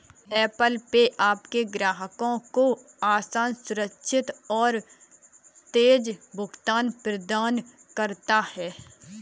Apple Pay आपके ग्राहकों को आसान, सुरक्षित और तेज़ भुगतान प्रदान करता है